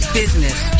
business